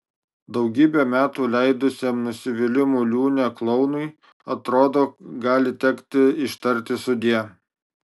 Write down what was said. daugybę metų leidusiam nusivylimų liūne klounui atrodo gali tekti ištarti sudie